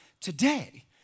today